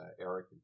Eric